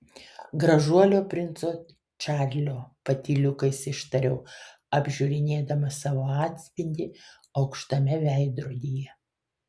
gražuolio princo čarlio patyliukais ištariau apžiūrinėdama savo atspindį aukštame veidrodyje